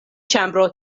ĉambro